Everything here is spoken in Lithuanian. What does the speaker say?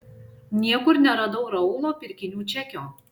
niekur neradau raulo pirkinių čekio